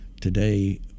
today